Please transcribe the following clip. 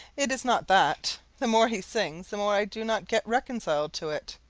it is not that the more he sings the more i do not get reconciled to it.